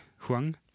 Huang